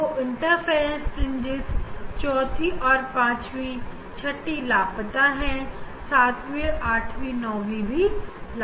दो interference fringes चौथी और पांचवी छठवीं लापता है सातवीं और आठवीं नववी भी लापता है